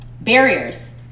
Barriers